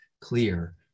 clear